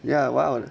ya !wow!